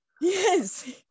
yes